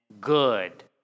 good